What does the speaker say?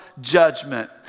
judgment